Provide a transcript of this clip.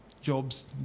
jobs